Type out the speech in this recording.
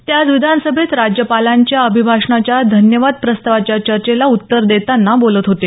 ते आज विधानसभेत राज्यपालांच्या अभिभाषणाच्या धन्यवाद प्रस्तावाच्या चर्चेला उत्तर देताना बोलत होते